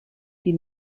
die